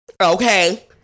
Okay